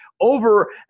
over